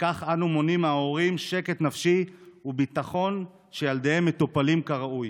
ובכך אנו מונעים מההורים שקט נפשי וביטחון שילדיהם מטופלים כראוי.